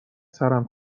سرم